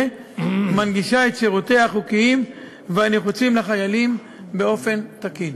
מנגישה את שירותיה החוקיים והנחוצים לחיילים באופן תקין.